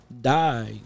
die